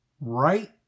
right